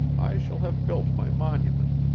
i shall have built my monument